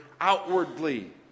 outwardly